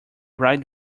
right